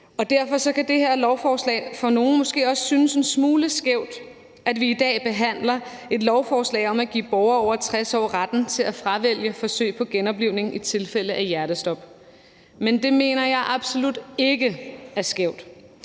derfor kan det her lovforslag måske også for nogen synes en smule skævt, altså at vi i dag behandler et lovforslag om at give borgere over 60 år retten til at fravælge forsøg på genoplivning i tilfælde af hjertestop. Men det mener jeg absolut ikke er skævt.